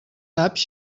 saps